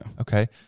Okay